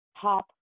top